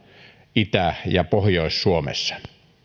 itä ja pohjois suomessa